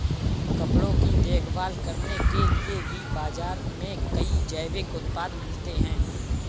कपड़ों की देखभाल करने के लिए भी बाज़ार में कई जैविक उत्पाद मिलते हैं